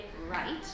right